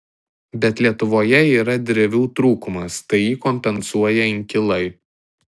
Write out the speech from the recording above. bet lietuvoje yra drevių trūkumas tai jį kompensuoja inkilai